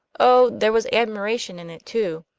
oh, there was admiration in it too!